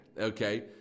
Okay